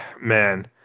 man